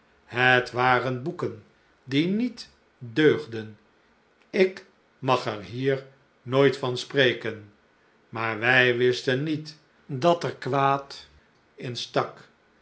het waren boeken die niet deugden ik mag er hier nooit van spreken maar wij wisten niet dat er kwaad in stak